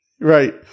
Right